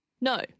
No